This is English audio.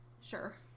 Sure